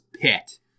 pit